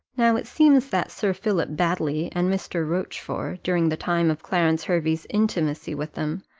now it seems that sir philip baddely and mr. rochfort, during the time of clarence hervey's intimacy with them,